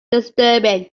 disturbing